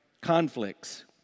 conflicts